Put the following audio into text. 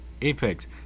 Apex